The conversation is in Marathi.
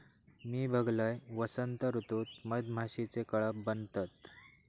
मी बघलंय, वसंत ऋतूत मधमाशीचे कळप बनतत